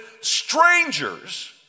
strangers